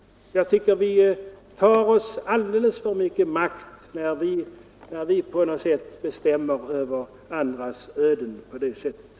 Jag anser vi tar oss alldeles för mycket makt om vi bestämmer över andras öden på det sättet.